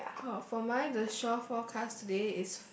oh for mine the shore forecast today is